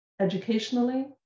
educationally